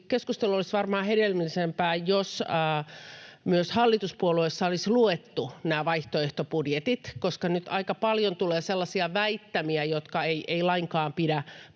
keskustelu olisi varmaan hedelmällisempää, jos myös hallituspuolueissa olisi luettu nämä vaihtoehtobudjetit, koska nyt aika paljon tulee sellaisia väittämiä, jotka eivät lainkaan pidä